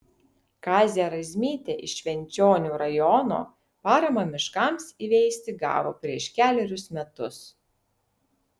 kazė razmytė iš švenčionių rajono paramą miškams įveisti gavo prieš kelerius metus